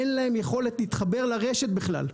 אין יכולת להתחבר לרשת בכלל.